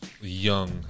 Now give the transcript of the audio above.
Young